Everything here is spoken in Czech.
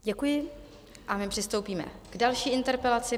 Děkuji a my přistoupíme k další interpelaci.